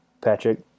Patrick